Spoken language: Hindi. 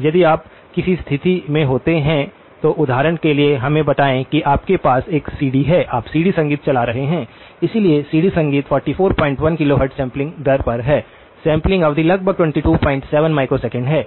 यदि आप किसी स्थिति में होते हैं तो उदाहरण के लिए हमें बताएं कि आपके पास एक सीडी है आप सीडी संगीत चला रहे हैं इसलिए सीडी संगीत 441 किलोहर्ट्ज़ सैंपलिंग दर पर है सैंपलिंग अवधि लगभग 227 माइक्रोसेकंड है